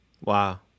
Wow